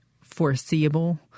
foreseeable